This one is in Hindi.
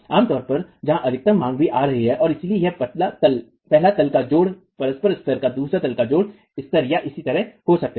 आमतौर पर जहां अधिकतम मांग भी आ रही है और इसलिए यह पहला तल का जोड़ परत स्तर या दूसरा तल का जोड़ स्तर या इसी तरह हो सकते है